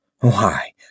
Why